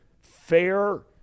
fair